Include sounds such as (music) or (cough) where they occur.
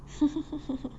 (laughs)